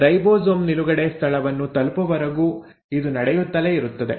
ribosome ನಿಲುಗಡೆ ಸ್ಥಳವನ್ನು ತಲುಪುವವರೆಗೂ ಇದು ನಡೆಯುತ್ತಲೇ ಇರುತ್ತದೆ